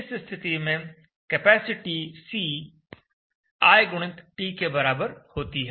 इस स्थिति में कैपेसिटी C i गुणित t के बराबर होती है